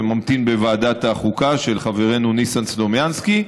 זה ממתין בוועדת החוקה של חברנו ניסן סלומינסקי,